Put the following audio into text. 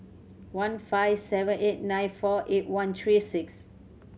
one five seven eight nine four eight one three six